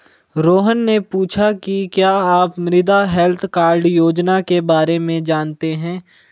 रोहन ने पूछा कि क्या आप मृदा हैल्थ कार्ड योजना के बारे में जानते हैं?